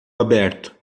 aberto